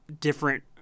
different